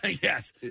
Yes